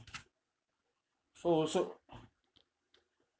so so